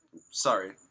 sorry